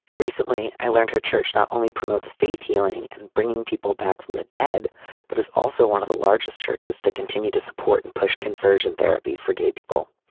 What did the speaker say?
recently i learned her church not only promotes faith healing and bringing people back from the dead but is also one of the largest churches to continue to support and push conversion therapy for gay people.